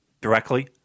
directly